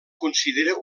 considera